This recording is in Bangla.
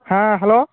হ্যাঁ হ্যালো